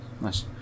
nice